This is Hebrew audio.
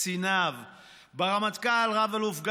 ראשון הדוברים,